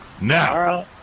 Now